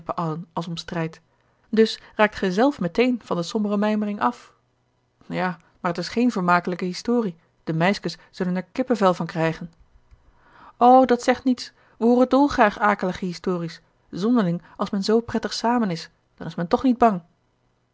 als om strijd dus raakt gij zelf meteen van de sombere mijmering af ja maar t is geen vermakelijke historie de meiskes zullen er kippenvel van krijgen o dat zegt niets we hooren dolgraag akelige histories zonderling als men zoo prettig samen is dan is men toch niet bang